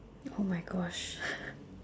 !oh-my-gosh!